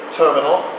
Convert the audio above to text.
terminal